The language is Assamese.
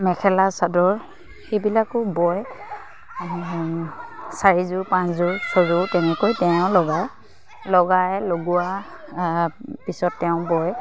মেখেলা চাদৰ সেইবিলাকো বয় চাৰিযোৰ পাঁচযোৰ ছযোৰ তেনেকৈ তেওঁ লগায় লগায় লগোৱা পিছত তেওঁ বয়